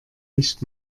nicht